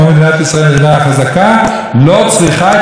היא לא צריכה את האנשים שלא רוצים לשרת.